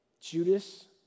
Judas